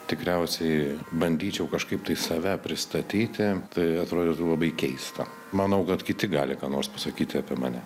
tikriausiai bandyčiau kažkaip tai save pristatyti tai atrodytų labai keista manau kad kiti gali ką nors pasakyti apie mane